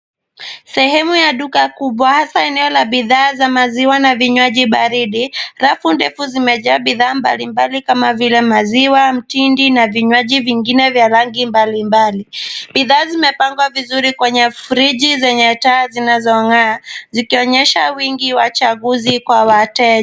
Sehemu ya duka kubwa, hasa eneo la bidhaa za maziwa na vinywaji baridi. Rafu ndefu zimejaa bidhaa mbali mbali kama vile: maziwa, mtindi na vinywaji vingine vya rangi mbali mbali. Bidhaa zimepangwa vizuri kwenye friji zenye taa zinazong'aa, zikionyesha wingi wa chaguzi kwa wateja.